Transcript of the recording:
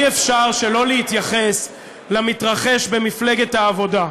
אי-אפשר שלא להתייחס למתרחש במפלגת העבודה.